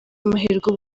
amahirwe